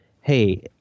hey